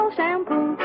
Shampoo